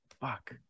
Fuck